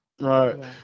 Right